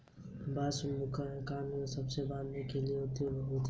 बांस मकान बनाने तथा पुल बाँधने के लिए यह अत्यंत उपयोगी है